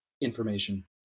information